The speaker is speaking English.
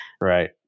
Right